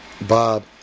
Bob